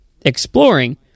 exploring